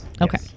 Okay